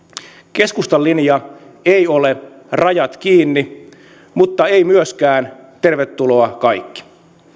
keskustan linja ei ole rajat kiinni mutta ei myöskään tervetuloa kaikki